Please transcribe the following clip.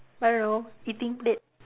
I don't know eating plate